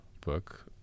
book